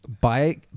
buy